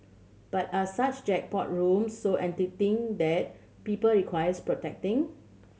but are such jackpot rooms so enticing that people requires protecting